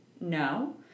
no